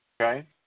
okay